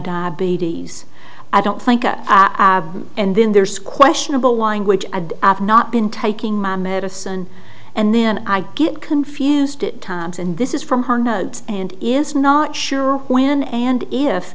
diabetes i don't think i'm at and then there's questionable language of not been taking my medicine and then i get confused at times and this is from her notes and is not sure when and if